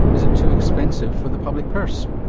is it too expensive for the public purse?